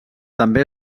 també